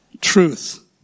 truth